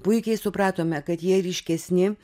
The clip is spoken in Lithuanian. puikiai supratome kad jie ryškesni